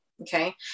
okay